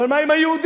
אבל מה עם היהודים?